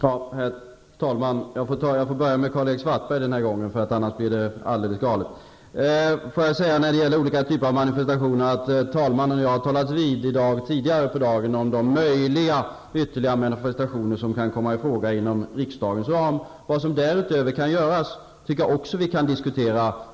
Herr talman! Jag får den här gången börja med att svara Karl-Erik Svartberg, för annars blir det alldeles galet. När det gäller olika typer av manifestationer vill jag nämna att talmannen och jag har talat med varandra tidigare i dag om ytterligare manifestationer som kan komma i fråga inom riksdagens ram. Vad som därutöver kan göras kan, enligt min mening, också diskuteras.